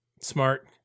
Smart